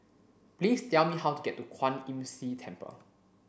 please tell me how to get to Kwan Imm See Temple